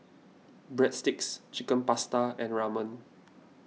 Breadsticks Chicken Pasta and Ramen